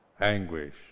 anguish